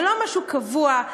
זה לא משהו קבוע,